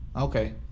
Okay